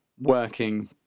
working